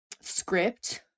script